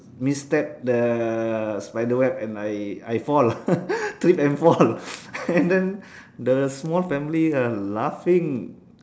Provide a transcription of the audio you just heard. misstep the spiderweb and I I fall lah trip and fall and then the small family are laughing